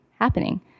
happening